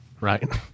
Right